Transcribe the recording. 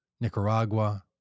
Nicaragua